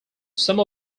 some